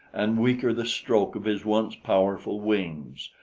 and weaker the stroke of his once powerful wings.